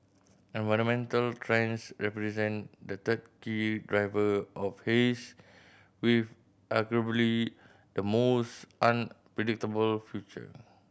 environmental trends represent the third key driver of haze with arguably the most unpredictable future